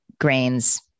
grains